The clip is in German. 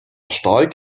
stark